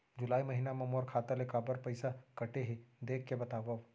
जुलाई महीना मा मोर खाता ले काबर पइसा कटे हे, देख के बतावव?